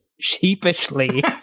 sheepishly